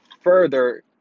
further